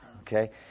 Okay